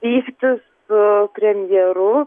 keistis su premjeru